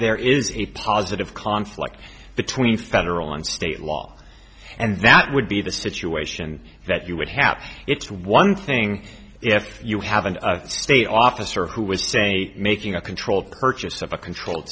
there is a positive conflict between federal and state law and that would be the situation that you would happen it's one thing if you have an state officer who was to say making a controlled purchase of a controlled